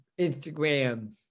Instagram